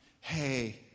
hey